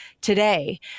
today